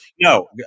No